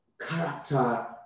character